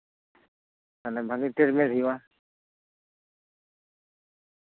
ᱱᱟᱸᱰᱮ ᱵᱷᱟᱜᱤ ᱩᱛᱟᱹᱨ ᱢᱮ ᱦᱩᱭᱩᱜᱼᱟ